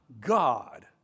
God